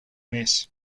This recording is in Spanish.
mes